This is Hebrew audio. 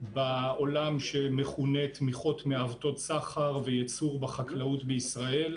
בעולם שמכונה: תמיכות מעוותות סחר וייצור בחקלאות בישראל.